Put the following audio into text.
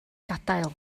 gadael